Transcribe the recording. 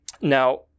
Now